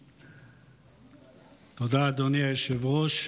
תודה, אדוני היושב-ראש.